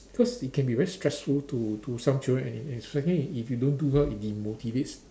because it can be very stressful to to some children and and especially if you don't do well it demotivates